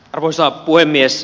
arvoisa puhemies